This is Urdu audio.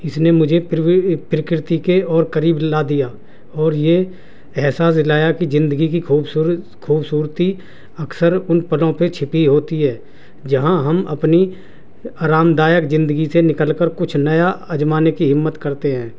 اس نے مجھے پر پرکرتی کے اور قریب لا دیا اور یہ احساس لایا کہ زندگی کی خوبصورت خوبصورتی اکثر ان پلوں پہ چھپی ہوتی ہے جہاں ہم اپنی آرام دایک زندگی سے نکل کر کچھ نیا آزمانے کی ہمت کرتے ہیں